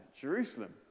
Jerusalem